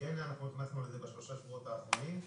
כן נכנסו לזה בשלושת השבועות האחרונים,